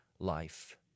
life